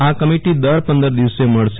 આ કમિટિ દર પંદર દિવસે મળશે